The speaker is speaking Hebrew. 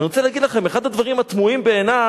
אני רוצה להגיד לכם, אחד הדברים התמוהים בעיני